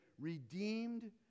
redeemed